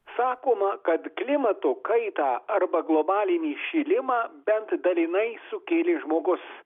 sakoma kad klimato kaitą arba globalinį šilimą bent dalinai sukėlė žmogus